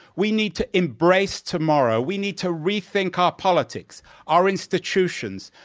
we need to embrace tomorrow. we need to rethink our politics, our institutions,